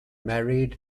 married